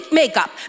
makeup